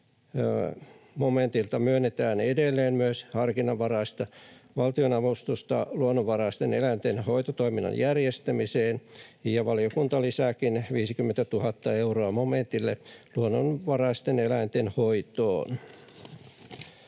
momentilta myönnetään edelleen myös harkinnanvaraista valtionavustusta luonnonvaraisten eläinten hoitotoiminnan järjestämiseen, ja valiokunta lisääkin 50 000 euroa momentille luonnonvaraisten eläinten hoitoon.